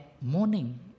morning